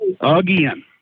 again